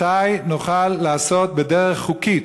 מתי נוכל לעשות בדרך חוקית,